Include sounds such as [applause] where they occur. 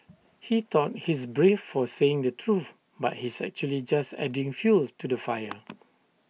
he thought he's brave for saying the truth but he's actually just adding fuel to the fire [noise]